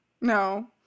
No